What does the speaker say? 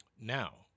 now